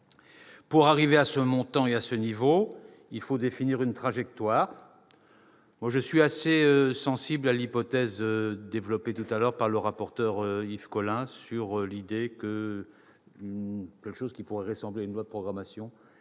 Pour arriver à ce montant et à ce niveau, il faut définir une trajectoire. Je suis assez sensible à l'idée, développée tout à l'heure par le rapporteur spécial Yvon Collin, de créer quelque chose qui pourrait ressembler à une loi de programmation